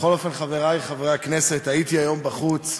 בכל אופן, חברי חברי הכנסת, הייתי היום בחוץ,